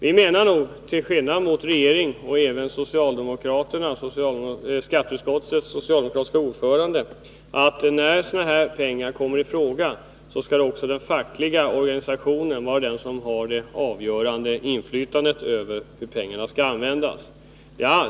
Vi menar — till skillnad från regeringen och även skatteutskottets socialdemokratiske ordförande — att när sådana här pengar kommer i fråga skall den fackliga organisationen ha det avgörande inflytandet över hur pengarna skall användas.